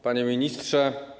Panie Ministrze!